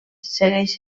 segueix